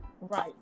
right